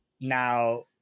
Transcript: now